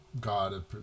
god